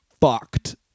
fucked